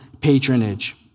patronage